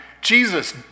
Jesus